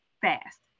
fast